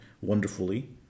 wonderfully